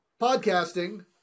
podcasting